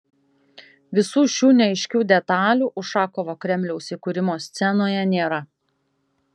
visų šių neaiškių detalių ušakovo kremliaus įkūrimo scenoje nėra